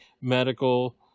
medical